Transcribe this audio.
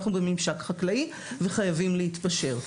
אנחנו בממשק חקלאי וחייבים להתפשר.